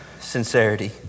sincerity